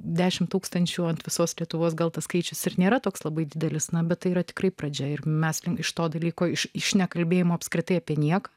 dešimt tūkstančių ant visos lietuvos gal tas skaičius ir nėra toks labai didelis na bet tai yra tikrai pradžia ir meskime iš to dalyko iš nekalbėjimo apskritai apie nieką